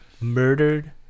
murdered